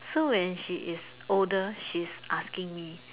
so when she is older she is asking me